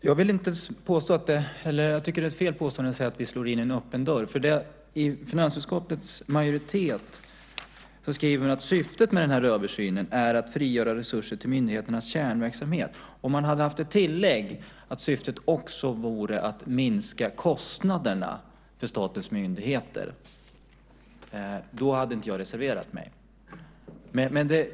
Fru talman! Jag tycker att det är ett felaktigt påstående att säga att vi slår in en öppen dörr. I finansutskottets majoritetstext om den här översynen skriver man att "syftet är att . frigöra resurser till myndigheternas kärnverksamhet". Om man hade haft ett tillägg om att syftet också vore att minska kostnaderna för statens myndigheter hade jag inte reserverat mig.